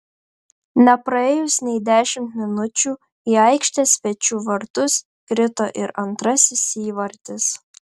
nepraėjus nei dešimt minučių į aikštės svečių vartus krito ir antrasis įvartis